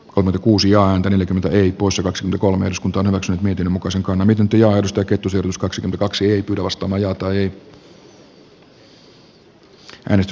kun kuusion peiposenuksen kolmeyskuntoon osa niiden mukaisen konamituntijaosta kettusen plus kaksi lomauttamaan jopa lastensuojelusta